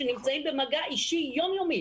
שנמצאים במגע אישי יום-יומי